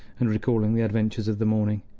and recalling the adventures of the morning.